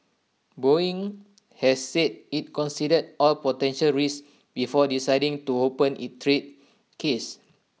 boeing has said IT considered all potential risks before deciding to open its trade case